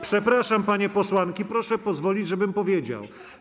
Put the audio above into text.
Przepraszam, panie posłanki, proszę pozwolić, żebym powiedział.